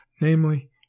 namely